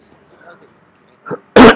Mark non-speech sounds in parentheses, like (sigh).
(coughs)